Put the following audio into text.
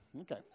okay